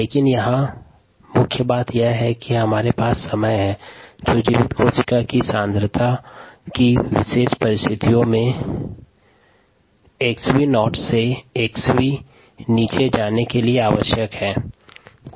लेकिन यहाँ यहां मुख्य बात यह है कि हमारे पास समय है जो जीवित कोशिका सांद्रता को विशेष परिस्थितियों में 𝑥𝑣 शून्य से 𝑥𝑣 तक नीचे जाने के लिए आवश्यक है